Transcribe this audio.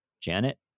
janet